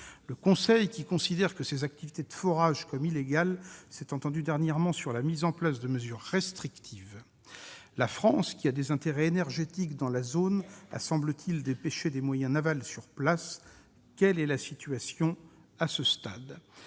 Le Conseil, qui considère ces activités de forage comme « illégales », s'est entendu dernièrement sur la mise en place de mesures restrictives. La France, qui a des intérêts énergétiques dans la zone, a, semble-t-il, dépêché des moyens navals sur place. Quelle est la situation à ce stade ?